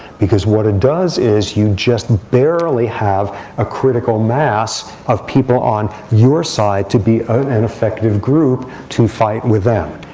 because what it does is you just barely have a critical mass of people on your side to be an effective group to fight with them.